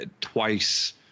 twice